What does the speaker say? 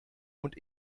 und